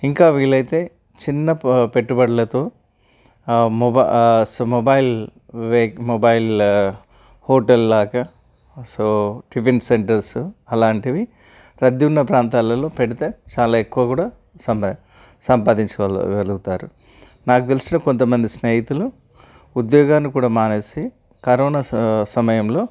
ఇంకా వీలైతే చిన్న ప పెట్టుబడులతో మొబ సో మొబైల్ వెహి మొబైల్ హోటల్లాగా సో టిఫిన్ సెంటర్స్ అలాంటివి రద్దీ ఉన్న ప్రాంతాలలో పెడితే చాలా ఎక్కువ కూడా సంపా సంపాదించుకోగలుగుతారు నాకు తెలిసిన కొంతమంది స్నేహితులు ఉద్యోగాన్ని కూడా మానేసి కరోనా స సమయంలో